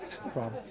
problem